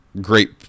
great